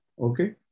Okay